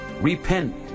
Repent